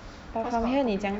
cause got